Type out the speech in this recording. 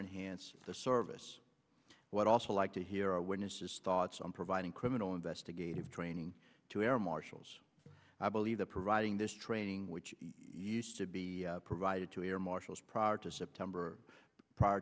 enhance the service what i also like to hear are witnesses thoughts on providing criminal investigative training to air marshals i believe that providing this training which used to be provided to air marshals proud to september prior